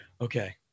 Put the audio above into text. okay